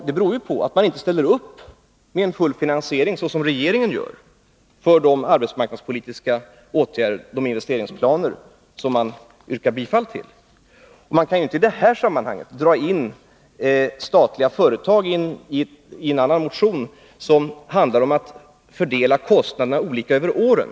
Det beror på att man inte ställer upp med full finansiering, så som regeringen gör, för de arbetsmarknadspolitiska åtgärder och investeringsplaner som man yrkar bifall till. Man kan inte i detta sammanhang dra in statliga företag, som tas upp i en annan motion som bl.a. handlar om att fördela kostnaderna olika över åren.